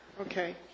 Okay